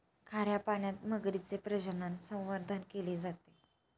खाऱ्या पाण्यात मगरीचे प्रजनन, संवर्धन केले जाते